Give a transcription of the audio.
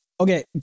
Okay